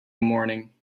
morning